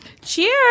Cheers